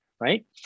right